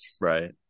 Right